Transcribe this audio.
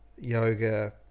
yoga